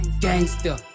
gangster